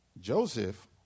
Joseph